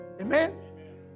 Amen